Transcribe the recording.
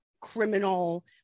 criminal